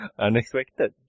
unexpected